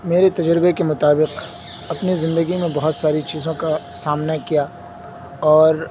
میرے تجربہ کے مطابق اپنی زندگی میں بہت ساری چیزوں کا سامنا کیا اور